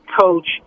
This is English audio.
coach